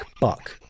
buck